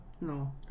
no